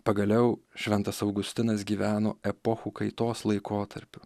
pagaliau šventas augustinas gyveno epochų kaitos laikotarpiu